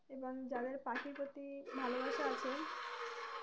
এবং যাদের পাখির প্রতি ভালোবাসা আছে